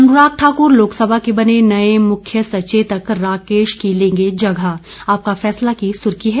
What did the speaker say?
अनुराग ठाकुर लोकसभा के बने नए मुख्य सचेतक राकेश की लेंगे जगह आपका फैसला की सुर्खी है